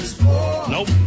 nope